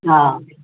हा